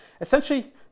essentially